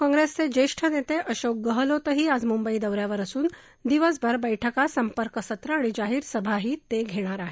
काँग्रेसचे ज्येष्ठ नेते अशोक गहलोतही आज मुंबई दौऱ्यावर असून दिवसभर बळ्का संपर्क सत्रं आणि जाहीर सभाही ते घेणार आहेत